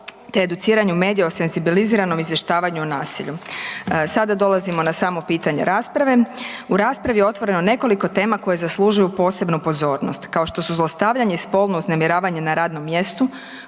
te educiranju medija o senzibiliziranom izvještavanju o nasilju. Sada dolazimo na samo pitanje rasprave. U raspravi je otvoreno nekoliko tema koje zaslužuju posebnu pozornost kao što su zlostavljanje i spolno uznemiravanje na radnom mjestu,